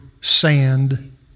sand